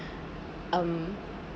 um